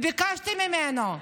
וביקשתי ממנו: